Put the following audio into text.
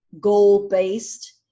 goal-based